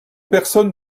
personne